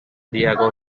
diego